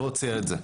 לא מוציא את זה.